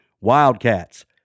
Wildcats